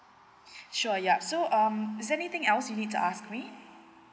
sure yup so um is there anything else you need to ask me